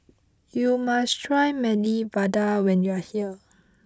you must try Medu Vada when you are here